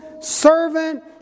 servant